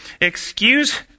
excuse